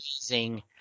amazing